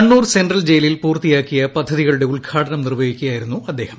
Kannur central ജയിലിൽ പൂർത്തിയാക്കിയ പദ്ധതികളുടെ ഉദ്ഘാടനം നിർവ്വഹിക്കുകയായിരുന്നു അദ്ദേഹം